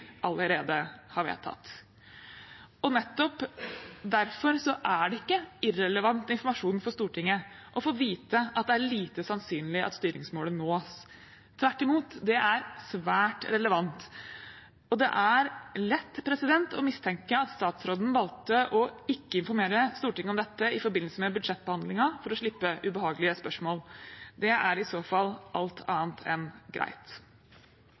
allerede har vedtatt. Nettopp derfor er det ikke irrelevant informasjon for Stortinget å få vite at det er lite sannsynlig at styringsmålet nås. Tvert imot er det svært relevant, og det er lett å mistenke at statsråden valgte å ikke informere Stortinget om dette i forbindelse med budsjettbehandlingen for å slippe ubehagelige spørsmål. Det er i så fall alt annet enn greit.